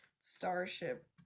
Starship